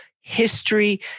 history